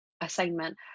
assignment